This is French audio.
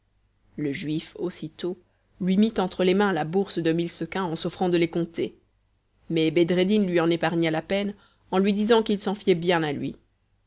le juif aussitôt lui mit entre les mains la bourse de mille sequins en s'offrant de les compter mais bedreddin lui en épargna la peine en lui disant qu'il s'en fiait bien à lui